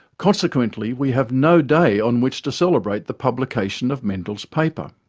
consequently, we have no day on which to celebrate the publication of mendel's paper.